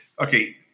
Okay